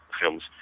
films